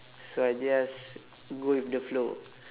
so I just go with the flow